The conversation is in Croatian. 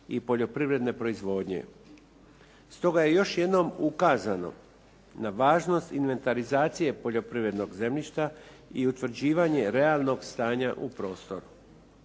i poljoprivredne proizvodnje. Stoga je još jednom ukazano na važnost inventarizacije poljoprivrednog zemljišta i utvrđivanje realnog stanja u prostoru.